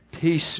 peace